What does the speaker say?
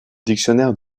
dictionnaire